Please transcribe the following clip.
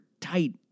tight